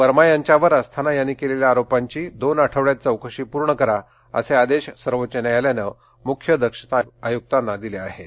वर्मा यांच्यावर अस्थाना यांनी केलेल्या आरोपांची दोन आठवड्यात चौकशी पूर्ण करा वसे आदेश सर्वोच्च न्यायालयानं मुख्य दक्षता आयुक्ताना दिले वाहेत